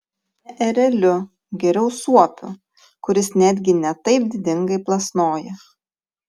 ne ereliu geriau suopiu kuris netgi ne taip didingai plasnoja